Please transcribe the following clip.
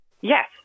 Yes